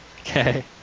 Okay